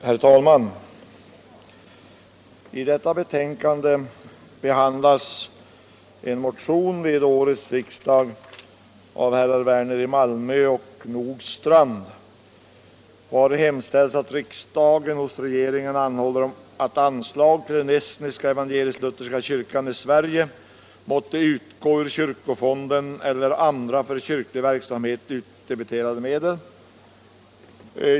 Herr talman! I detta betänkande behandlas en motion som har väckts till årets riksdag av herr Werner i Malmö och herr Nordstrandh vari hemställs att riksdagen hos regeringen anhåller att anslag till den estniska evangelisk-lutherska kyrkan i Sverige måtte utgå ur kyrkofonden eller andra för kyrklig verksamhet utdebiterade medel.